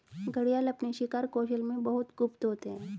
घड़ियाल अपने शिकार कौशल में बहुत गुप्त होते हैं